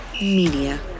Media